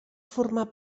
formar